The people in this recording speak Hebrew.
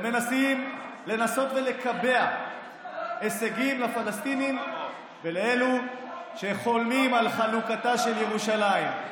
הם מנסים לקבע הישגים לפלסטינים ולאלו שחולמים על חלוקתה של ירושלים.